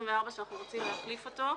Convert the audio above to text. תקנה 24, שאנחנו רוצים להחליף אותה.